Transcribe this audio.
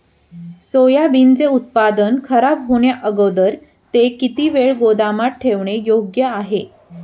सोयाबीनचे उत्पादन खराब होण्याअगोदर ते किती वेळ गोदामात ठेवणे योग्य आहे?